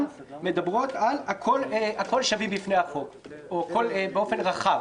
מדברות על הכול שווים בפני החוק באופן רחב.